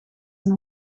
een